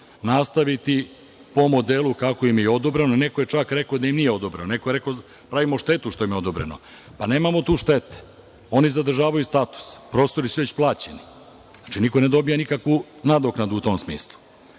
nastaviti po modelu kako im je i odobreno, neko im je čak i rekao da im nije odobreno. Neko je rekao da pravimo štetu što im je odobreno, nema tu štete. Oni zadržavaju status. Prostori su već plaćeni, znači niko ne dobija nikakvu nadoknadu u tom smislu.